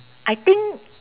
I think